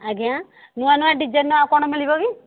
ଆଜ୍ଞା ନୂଆ ନୂଆ ଡିଜାଇନ୍ ଆଉ କ'ଣ ମିଳିବ କି